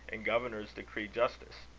and governors decree justice.